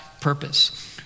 purpose